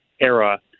era